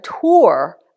tour